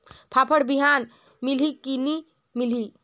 फाफण बिहान मिलही की नी मिलही?